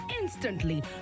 instantly